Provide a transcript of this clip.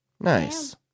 Nice